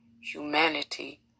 humanity